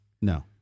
No